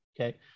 Okay